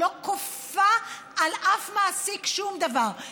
שלא כופה על אף מעסיק שום דבר,